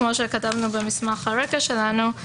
כמו שכתבנו במסמך הרקע שלנו,